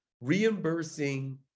reimbursing